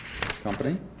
Company